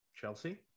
Chelsea